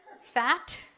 Fat